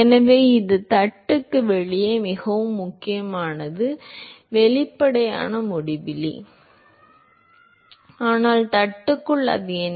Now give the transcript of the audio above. எனவே இது தட்டுக்கு வெளியே மிகவும் முக்கியமானது வெளிப்படையாக முடிவிலி ஆனால் தட்டுக்குள் அது என்ன